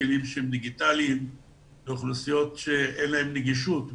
כלים שהם דיגיטליים לאוכלוסיות שאין להן נגישות,